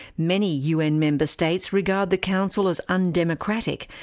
many un member states regard the council as undemocratic,